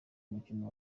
mukino